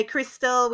Crystal